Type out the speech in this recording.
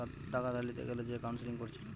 টাকা ধার লিতে গ্যালে যে কাউন্সেলিং কোরছে